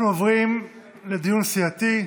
אנחנו עוברים לדיון סיעתי.